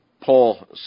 Paul